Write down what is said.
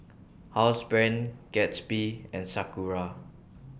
Housebrand Gatsby and Sakura